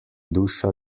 duša